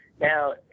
Now